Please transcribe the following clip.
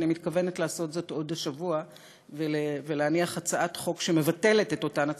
ואני מתכוונת לעשות זאת עוד השבוע ולהניח הצעת חוק שמבטלת אותם.